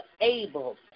able